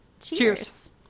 Cheers